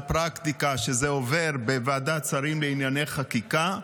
מהפרקטיקה: שזה עובר בוועדת שרים לענייני חקיקה,